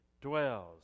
dwells